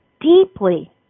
deeply